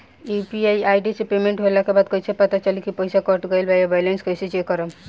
UPI ID से payment होला के बाद कइसे पता चली की पईसा कट गएल आ बैलेंस कइसे चेक करम?